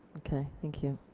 okay thank you.